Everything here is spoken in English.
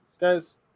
Guys